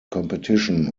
competition